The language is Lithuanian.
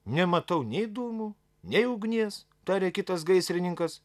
nematau nei dūmų nei ugnies tarė kitas gaisrininkas